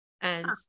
And-